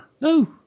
No